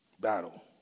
Battle